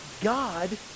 God